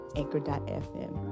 anchor.fm